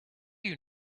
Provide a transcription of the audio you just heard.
you